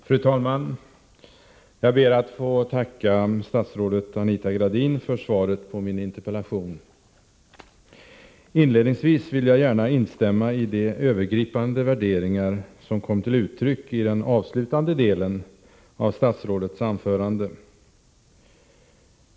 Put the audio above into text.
Fru talman! Jag ber att få tacka statsrådet Anita Gradin för svaret på min interpellation. Inledningsvis vill jag gärna instämma i de övergripande värderingar som kom till uttryck i den avslutande delen av statsrådets anförande.